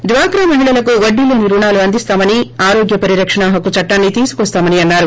డ్వాక్రా మహిళలకు వడ్డీలేని రుణాలు అందిస్తామని ఆరోగ్య పరిరక్షణ హక్కు చట్టాన్ని తీసుకోస్తామని అన్నారు